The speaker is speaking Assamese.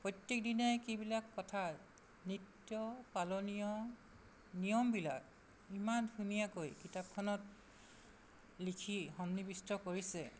প্ৰত্যেকদিনাই কিবিলাক কথা নিত্য পালনীয় নিয়মবিলাক ইমান ধুনীয়াকৈ কিতাপখনত লিখি সন্নিবিষ্ট কৰিছে